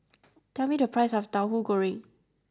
tell me the price of Tauhu Goreng